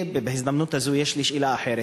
בהזדמנות הזו יש לי שאלה אחרת.